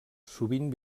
sovint